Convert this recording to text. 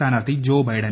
സ്ഥാനാർഥി Joe Biden